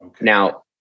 Now